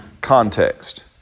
context